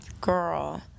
Girl